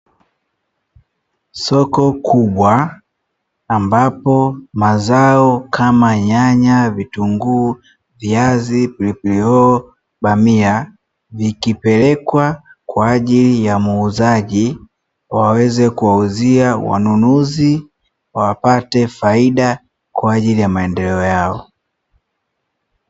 Soko kubwa ambapo mazao kama; nyanya, vitunguu, viazi, pilipili hoho, bamia vikipelekwa kwa ajili ya muuzaji waweze kuwauzia wanunuzi wapate faida kwa ajili ya maendeleo yao.